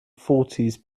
fourties